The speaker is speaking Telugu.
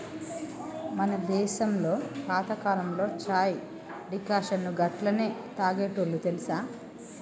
మన దేసంలో పాతకాలంలో చాయ్ డికాషన్ను గట్లనే తాగేటోల్లు తెలుసా